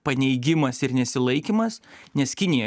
paneigimas ir nesilaikymas nes kinija